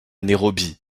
nairobi